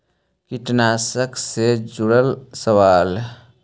कीटनाशक से जुड़ल सवाल?